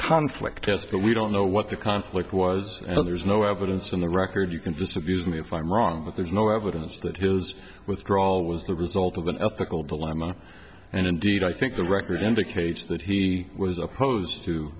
conflict yes but we don't know what the conflict was and there's no evidence in the record you can disabuse me if i'm wrong but there's no evidence that his withdrawal was the result of an ethical dilemma and indeed i think the record indicates that he was opposed to